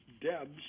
Debs